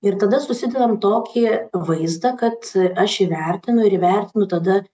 ir tada susidedam tokį vaizdą kad aš įvertinu ir įvertinu tada